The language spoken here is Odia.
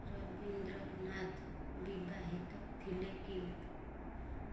ରବିନ୍ଦ୍ରନାଥ ବିବାହିତ ଥିଲେ କି